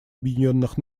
объединенных